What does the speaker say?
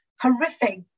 horrific